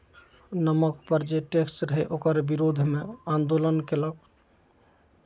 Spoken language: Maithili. नमकपर जे टैक्स रहय ओकर विरोधमे आन्दोलन कयलक